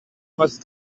must